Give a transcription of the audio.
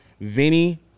Vinny